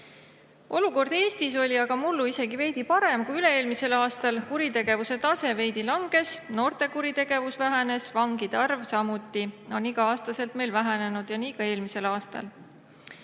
Olukord Eestis oli mullu isegi veidi parem kui üle-eelmisel aastal: kuritegevuse tase natuke langes, noorte kuritegevus vähenes, vangide arv on meil samuti igal aastal vähenenud ja nii ka eelmisel aastal.